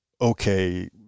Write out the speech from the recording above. okay